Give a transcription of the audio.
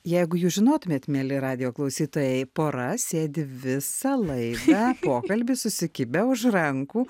jeigu jūs žinotumėt mieli radijo klausytojai pora sėdi visą laidą pokalbį susikibę už rankų